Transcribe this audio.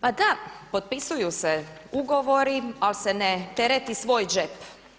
Pa da, potpisuju se ugovori, ali se ne tereti svoj džep.